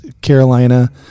Carolina